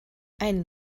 einen